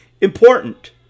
important